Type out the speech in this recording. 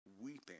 weeping